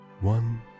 one